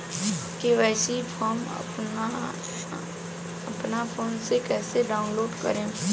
KYC form अपना phone मे कइसे डाऊनलोड करेम?